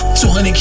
200K